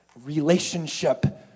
relationship